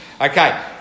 Okay